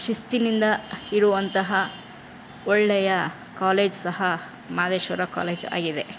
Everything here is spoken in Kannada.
ಶಿಸ್ತಿನಿಂದ ಇರುವಂತಹ ಒಳ್ಳೆಯ ಕಾಲೇಜ್ ಸಹ ಮಾದೇಶ್ವರ ಕಾಲೇಜ್ ಆಗಿದೆ